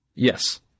Yes